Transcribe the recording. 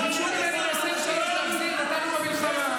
כשהם היו בקואליציה הם צ'יפרו את עצמם.